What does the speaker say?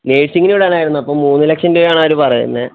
നേഴ്സിങ്ങിന് വിടാനായിരുന്നു അപ്പം മൂന്നു ലക്ഷം രൂപയാണ് അവർ പറയുന്നത്